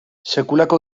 sekulako